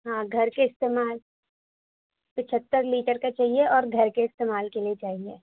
ہاں گھر کے استعمال پچہتر لیٹر کا چاہیے اور گھر کے استعمال کے لیے چاہیے